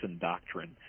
doctrine